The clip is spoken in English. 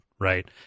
right